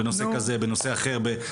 אני נכנס לכל דבר.